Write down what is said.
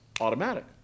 automatic